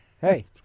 hey